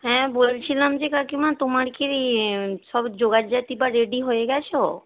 হ্যাঁ বলছিলাম যে কাকিমা তোমার কি সব জোগাড়জাতি বা রেডি হয়ে গিয়েছ